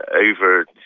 over,